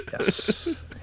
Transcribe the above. Yes